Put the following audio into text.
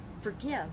forgive